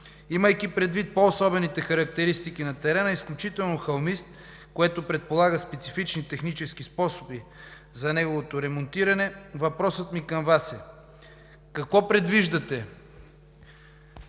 Имайки предвид по-особените характеристики на терена – изключително хълмист, което предполага специфични технически способи за неговото ремонтиране, въпросът ми към Вас е: какво предвиждате